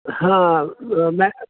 हा मै